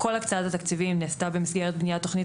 כל הקצאה התקציבים נעשתה במסגרת בניית תוכנית